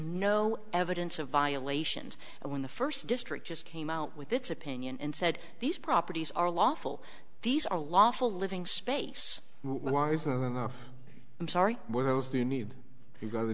no evidence of violations when the first district just came out with its opinion and said these properties are lawful these are lawful living space i'm sorry